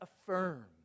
affirm